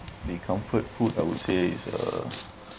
the comfort food I would say is a